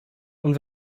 und